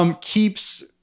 Keeps